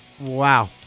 Wow